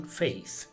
faith